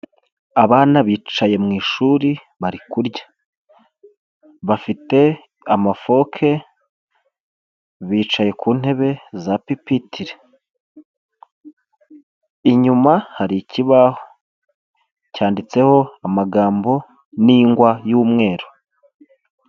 Abana bicaye mu ishuri bari kurya, bafite amafoke bicaye ku ntebe za pipitire, inyuma hari ikibaho cyanditseho amagambo n'ingwa y'umweru.